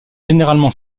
généralement